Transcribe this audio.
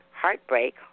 heartbreak